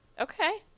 Okay